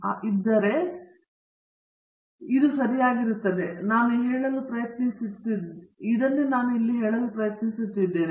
ಸರಾಸರಿ ಚೌಕ ದೋಷದ ಪದವು ಎರಡು ಘಟಕಗಳನ್ನು ಹೊಂದಿದ್ದರೆ ದೋಷದ ಚೌಕಗಳ ಮೊತ್ತ ಮತ್ತು n ಮೈನಸ್ p ಇದ್ದರೆ ನಾನು ಇಲ್ಲಿ ಹೇಳಲು ಪ್ರಯತ್ನಿಸುತ್ತಿದ್ದೇನೆ